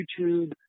YouTube